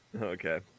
Okay